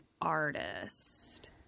artist